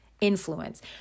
influence